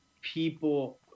people